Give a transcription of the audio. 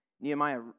Nehemiah